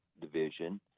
division